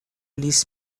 لیس